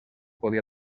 podia